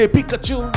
Pikachu